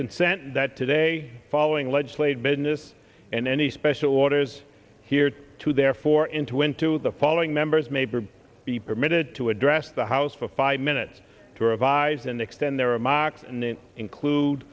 consent that today following legislative business and any special orders here to there for into when to the following members may be permitted to address the house for five minutes to revise and extend their remarks new include